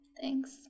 thanks